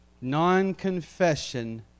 Non-confession